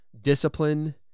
Discipline